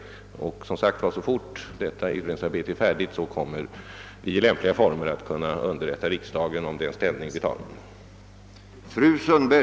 Så snart detta utredningsarbete är färdigt kommer vi som sagt i lämpliga former att underrätta riksdagen om den ståndpunkt som vi intar.